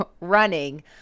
running